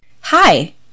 Hi